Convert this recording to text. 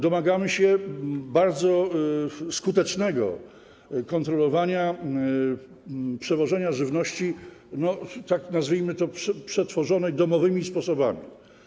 Domagamy się bardzo skutecznego kontrolowania przewożenia żywności, nazwijmy to, przetworzonej domowymi sposobami.